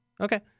Okay